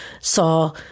saw